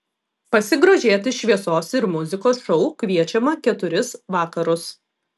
pasigrožėti šviesos ir muzikos šou kviečiama keturis vakarus